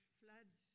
floods